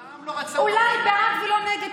אבל העם רצה, אולי בעד ולא נגד.